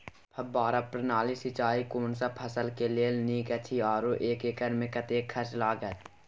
फब्बारा प्रणाली सिंचाई कोनसब फसल के लेल नीक अछि आरो एक एकर मे कतेक खर्च लागत?